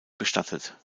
bestattet